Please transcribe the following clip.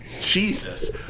Jesus